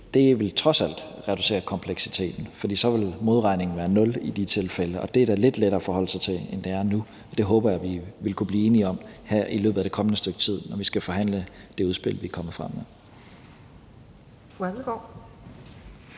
– trods alt vil reducere kompleksiteten, for så vil modregningen være nul i de tilfælde, og det er da lidt lettere at forholde sig til, end det er nu. Og det håber jeg at vi vil kunne blive enige om her i løbet af det kommende stykke tid, når vi skal forhandle det udspil, vi kommer frem med.